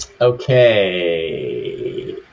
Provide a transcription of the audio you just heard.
Okay